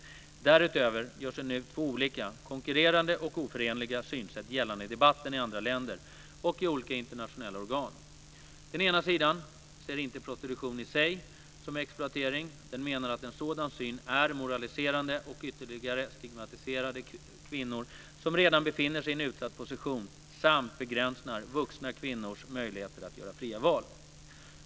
Därutöver gör sig nu två olika, konkurrerande och oförenliga, synsätt gällande i debatten i andra länder och i olika internationella organ. Den ena sidan ser inte prostitution i sig som exploatering. Den menar att en sådan syn är moraliserande och ytterligare stigmatiserar de kvinnor som redan befinner sig i en utsatt position samt begränsar vuxna kvinnors möjligheter att göra fria val.